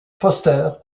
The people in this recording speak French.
foster